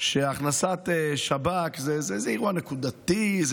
שהכנסת שב"כ היא איזה אירוע נקודתי,